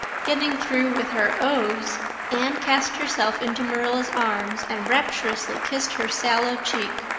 getting through with her ohs anne cast herself into marilla's arms and rapturously kissed her sallow cheek.